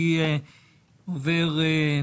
אני עובר,